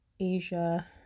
Asia